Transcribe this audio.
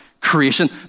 creation